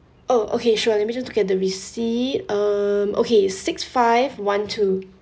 oh okay sure let me just look at the receipt um okay six five one two